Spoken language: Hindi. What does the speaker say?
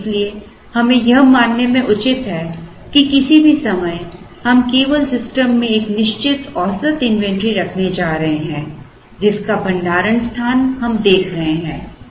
और इसलिए हमें यह मानने में उचित है कि किसी भी समय हम केवल सिस्टम में एक निश्चित औसत इन्वेंट्री रखने जा रहे हैं जिसका भंडारण स्थान हम देख रहे हैं